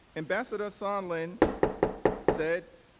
ambassador sondland said,